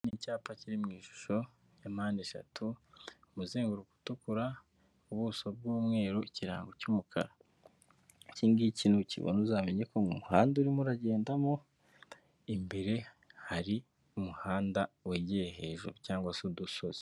Icyapa kiri mw'ishusho ya mpande eshatu, umuzenguruko utukura, ubuso bw'umweru, ikirango cy'umukara. Iki ngiki n'ukibona uzamenye ko mu muhanda urimo uragendamo imbere hari umuhanda wegeye hejuru cyangwa se udusozi.